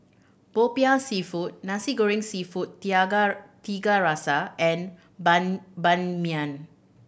Popiah Seafood Nasi Goreng Seafood Tiga Rasa and ban Ban Mian